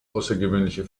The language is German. außergewöhnliche